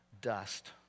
dust